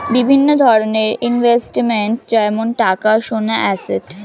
বিভিন্ন ধরনের ইনভেস্টমেন্ট যেমন টাকা, সোনা, অ্যাসেট